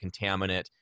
contaminant